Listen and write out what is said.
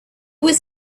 was